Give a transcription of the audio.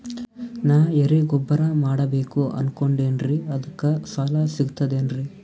ನಾ ಎರಿಗೊಬ್ಬರ ಮಾಡಬೇಕು ಅನಕೊಂಡಿನ್ರಿ ಅದಕ ಸಾಲಾ ಸಿಗ್ತದೇನ್ರಿ?